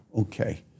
okay